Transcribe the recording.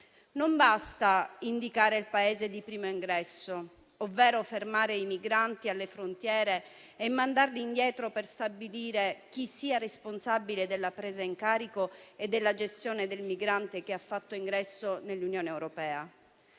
Non basta indicare il Paese di primo ingresso, ovvero fermare i migranti alle frontiere e mandarli indietro per stabilire chi sia responsabile della presa in carico e della gestione di coloro che hanno fatto ingresso nell'Unione europea.